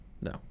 no